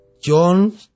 John